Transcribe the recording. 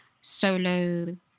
solo